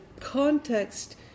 context